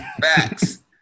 Facts